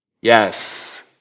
Yes